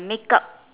makeup